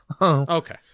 okay